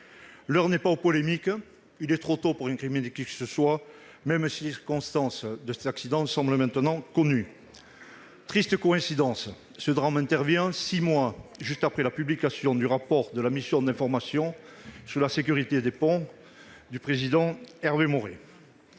L'heure n'est pas aux polémiques. Il est trop tôt pour incriminer qui que ce soit, même si les circonstances de cet accident semblent maintenant connues. Triste coïncidence, ce drame intervient six mois après la publication du rapport de la mission d'information sur la sécurité des ponts, présidée par Hervé Maurey.